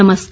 नमस्कार